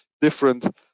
different